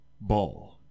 ball